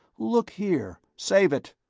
look here save it,